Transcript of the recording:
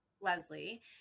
Leslie